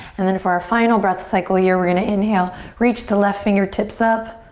and then for our final breath cycle here we're gonna inhale, reach the left fingertips up.